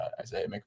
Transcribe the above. isaiah